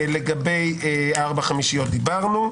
לגבי ארבע חמישיות דיברנו.